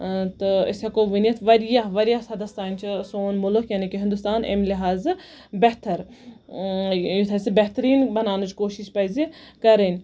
تہٕ أسۍ ہٮ۪کو ؤنِتھ واریاہ واریاہ حَدَس تانۍ چھُ سون مُلُک یعنے کہِ ہِندوستان اَمہِ لِہازٕ بہتر یُتھ اَسہِ بہتریٖن بَناونٕچ کوٗشِش پَزِ کرٕنۍ